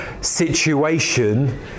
situation